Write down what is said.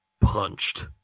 punched